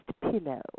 pillow